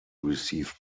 received